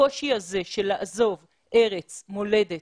הקושי הזה לעזוב ארץ מולדת